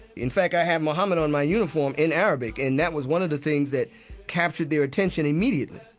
in fact, i have muhammad on my uniform in arabic, and that was one of the things that captured their attention immediately.